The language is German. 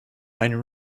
ein